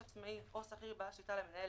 "(א) עצמאי או שכיר בעל שליטה יגיש למנהל